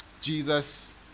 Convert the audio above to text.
Jesus